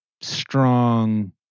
strong